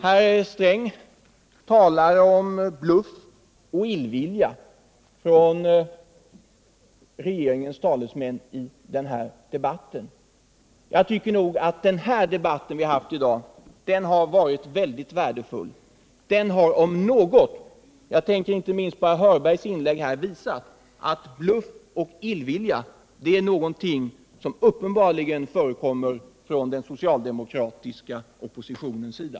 Herr Sträng talade om bluff och illvilja från regeringens talesmän i denna debatt. Jag tycker att den debatt som har förts i dag har varit väldigt värdefull. Den har om något — jag tänker inte minst på herr Hörbergs inlägg — visat att bluff och illvilja är någonting som uppenbarligen förekommer från den socialdemokratiska oppositionens sida.